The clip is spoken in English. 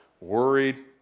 worried